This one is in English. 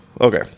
okay